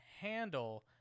handle